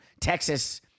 Texas